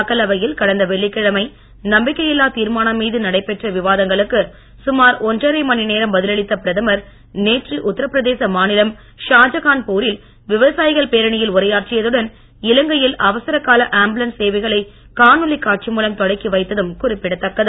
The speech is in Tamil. மக்களவையில் கடந்த வெள்ளிக்கிழமை நம்பிக்கையில்லா தீர்மானம் மீது நடைபெற்ற விவாதங்களுக்கு சுமார் ஒன்றரை மணிநேரம் பதில் அளித்த பிரதமர் நேற்று உத்தரபிரதேச மா நிலம் ஷா ஜகான்பூரில் விவசாயிகள் பேரணியில் உரையாற்றியதுடன் இலங்கையில் அவசர கால ஆம்புலன்ஸ் சேவைகளை காணொளி காட்சி மூலம் தொடக்கி வைத்ததும் குறிப்பிடத்தக்கது